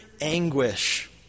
anguish